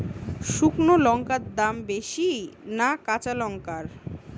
শুক্নো লঙ্কার দাম বেশি না কাঁচা লঙ্কার?